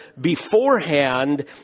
beforehand